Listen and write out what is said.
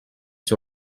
sur